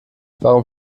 warum